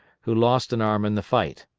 who lost an arm in the fight.